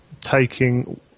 taking